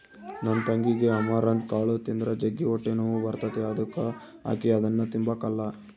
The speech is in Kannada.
ನನ್ ತಂಗಿಗೆ ಅಮರಂತ್ ಕಾಳು ತಿಂದ್ರ ಜಗ್ಗಿ ಹೊಟ್ಟೆನೋವು ಬರ್ತತೆ ಅದುಕ ಆಕಿ ಅದುನ್ನ ತಿಂಬಕಲ್ಲ